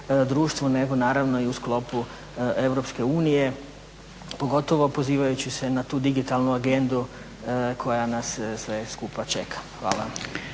nego naravno i u sklopu EU, pogotovo pozivajući se na tu digitalnu agendu koja nas sve skupa čeka. Hvala.